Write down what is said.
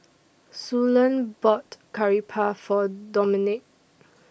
Suellen bought Curry Puff For Domenic